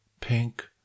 pink